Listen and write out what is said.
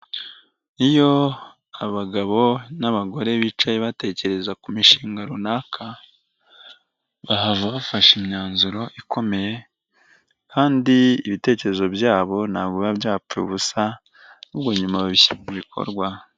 Iyo abagabo n'abagore bicaye batekereza ku mishinga runaka, bahava bafashe imyanzuro ikomeye, kandi ibitekerezo byabo ntabwo biba byapfuye ubusa ahubwo nyuma babishyira mu bikorwa.